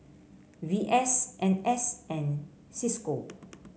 V S N S and Cisco